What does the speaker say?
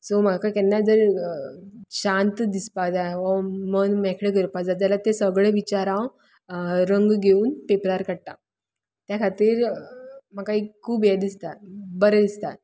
so म्हाका केन्ना जर शांत दिसपा जाय वा मन मेकळें करपाक जाय जाल्यार ते सगळे विचार हांव रंग घेवन पेपरार काडटा त्या खातीर म्हाका एक खूब हें दिसता बरें दिसता